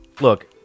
look